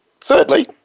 Thirdly